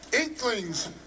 inklings